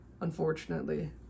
Unfortunately